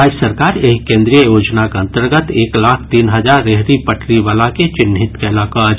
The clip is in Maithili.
राज्य सरकार एहि केन्द्रीय योजनाक अंतर्गत एक लाख तीन हजार रेहड़ी पटरी वला के चिन्हित कयलक अछि